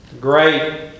great